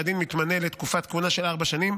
הדין מתמנה לתקופת כהונה של ארבע שנים,